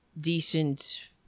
decent